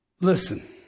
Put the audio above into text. Listen